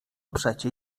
przecie